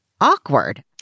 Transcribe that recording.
Awkward